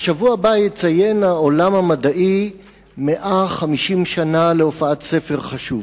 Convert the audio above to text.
בשבוע הבא יציין העולם המדעי 150 שנה להופעת ספר חשוב.